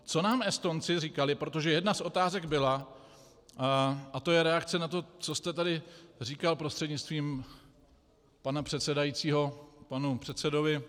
Co nám Estonci říkali, protože jedna z otázek byla a to je reakce na to, co jste tady říkal, prostřednictvím pana předsedajícího panu předsedovi.